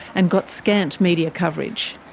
and got scant media coverage.